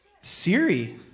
Siri